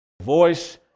voice